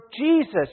Jesus